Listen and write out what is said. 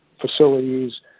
facilities